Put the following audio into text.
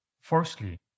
firstly